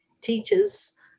teachers